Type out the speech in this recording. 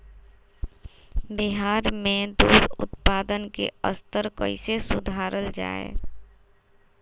बिहार में दूध उत्पादन के स्तर कइसे सुधारल जाय